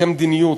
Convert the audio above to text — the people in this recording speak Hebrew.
מדיניות,